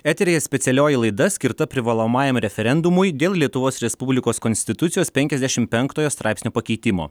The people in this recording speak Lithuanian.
eteryje specialioji laida skirta privalomajam referendumui dėl lietuvos respublikos konstitucijos penkiasdešim penktojo straipsnio pakeitimo